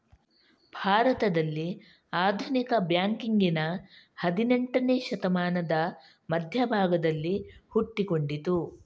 ಭಾರತದಲ್ಲಿ ಆಧುನಿಕ ಬ್ಯಾಂಕಿಂಗಿನ ಹದಿನೇಂಟನೇ ಶತಮಾನದ ಮಧ್ಯ ಭಾಗದಲ್ಲಿ ಹುಟ್ಟಿಕೊಂಡಿತು